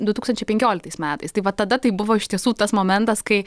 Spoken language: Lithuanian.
du tūkstančiai penkioliktais metais tai va tada tai buvo iš tiesų tas momentas kai